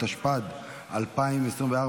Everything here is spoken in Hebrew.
התשפ"ד 2024,